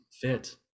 fit